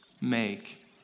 make